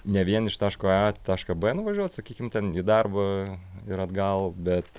ne vien iš taško a tašką b nuvažiuot sakykim ten į darbą ir atgal bet